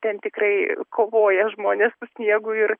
ten tikrai kovoja žmonės su sniegu ir